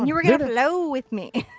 you were going to flow with me.